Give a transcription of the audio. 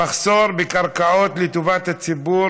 בנושא: המחסור בקרקעות לטובת הציבור